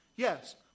Yes